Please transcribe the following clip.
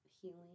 healing